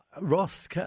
Ross